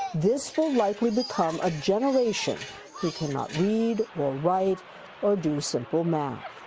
this like would become a generation who cannot read or write or do simple math.